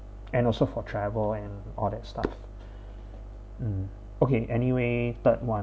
and also for travel and all that stuff mm okay anyway part one